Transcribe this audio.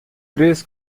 três